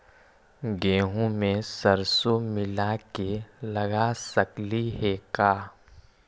गेहूं मे सरसों मिला के लगा सकली हे का?